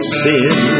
sin